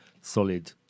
solid